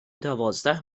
دوازده